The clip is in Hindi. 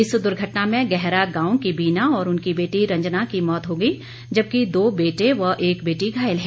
इस दुर्घटना में गैहरा गांव की बीना और उनकी बेटी रंजना की मौत हो गई जबकि दो बेटे व एक बेटी घायल है